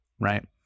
right